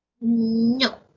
No